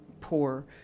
poor